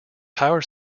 power